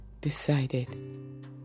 decided